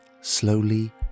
slowly